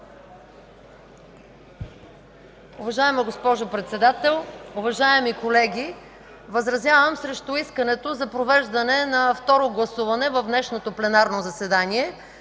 Уважаема госпожо Председател, уважаеми колеги, възразявам срещу искането за провеждане на второ гласуване в днешното пленарно заседание.